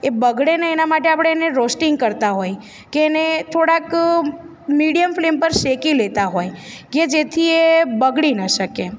એ બગડે નહીં એના માટે આપણે એને રોસ્ટિંગ કરતા હોય કે એને થોડાક મીડિયમ ફ્લેમ પર શેકી લેતા હોય કે જેથી એ બગડી ના શકે